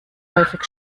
häufig